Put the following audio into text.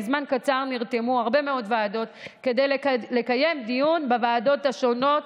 בזמן קצר נרתמו הרבה מאוד ועדות כדי לקיים דיון בוועדות השונות.